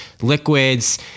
liquids